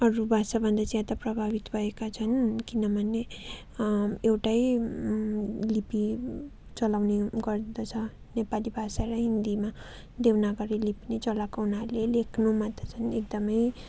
अरू भाषा भन्दा ज्यादा प्रभावित भएका छन् किनभने एउटै लिपि चलाउने गर्दछ नेपाली भाषा र हिन्दीमा देवनागरी लिपी नै चलाएको हुनाले लेख्नमा त झन् एकदमै